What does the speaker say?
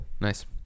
Nice